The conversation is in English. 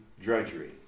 drudgery